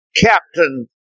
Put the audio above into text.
captain